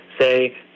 say